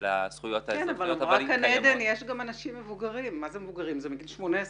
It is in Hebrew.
כן, אבל יש גם אנשים מבוגרים, מגיל 18 ומעלה.